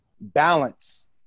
Balance